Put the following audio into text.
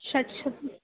शतं शतम्